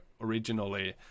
originally